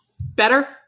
Better